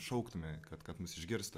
šauktume kad kad mus išgirstų